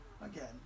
again